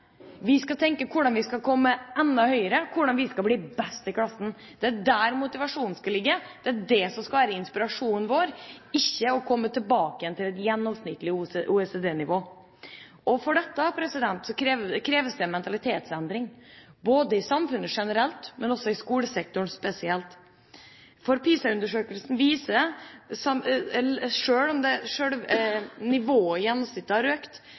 Vi skal tenke hvordan vi skal komme enda høyere, hvordan vi skal bli best i klassen. Det er der motivasjonen skal ligge, det er det som skal være inspirasjonen vår, ikke å komme tilbake igjen til et gjennomsnittlig OECD-nivå. For å oppnå dette kreves det en mentalitetsendring, både i samfunnet generelt og også i skolesektoren spesielt, for PISA-undersøkelsen viser at selv om nivået i gjennomsnittet har økt,